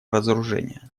разоружения